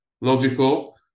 logical